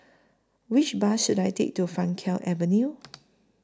Which Bus should I Take to Frankel Avenue